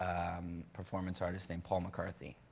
um performance artist named paul mccarthy.